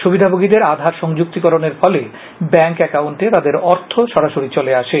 সুবিধাভোগীদের আধার সংযুক্তিকরণের ফলে ব্যাঙ্ক অ্যাকাউন্টে তাদের অর্থ সরাসরি চলে আসে